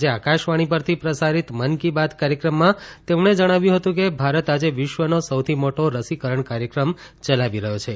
આજે આકાશવાણી પરથી પ્રસારિત મન કી બાત કાર્યક્રમમાં તેમણે જણાવ્યું હતું કે ભારત આજે વિશ્વનો સૌથી મોટો રસીકરણ કાર્યક્રમ યલાવી રહ્યો છે